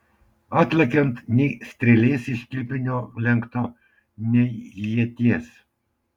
atlekiant nei strėlės iš kilpinio lenkto nei ieties